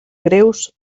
greus